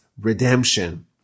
redemption